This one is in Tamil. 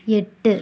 எட்டு